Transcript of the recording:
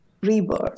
rebirth